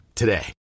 today